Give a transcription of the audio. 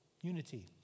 Unity